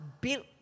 built